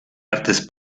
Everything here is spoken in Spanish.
artes